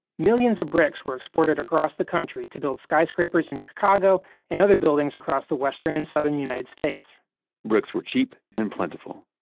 millions of bricks were exported across the country to build skyscrapers in chicago and other buildings across the western and southern united states bricks were cheap and plentiful,